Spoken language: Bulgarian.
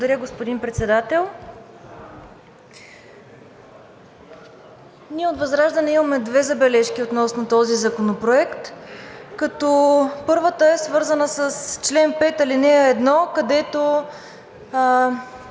Благодаря, господин Председател. Ние от ВЪЗРАЖДАНЕ имаме две забележки относно този законопроект, като първата е свързана с чл. 5, ал. 1, където